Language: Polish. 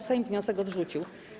Sejm wniosek odrzucił.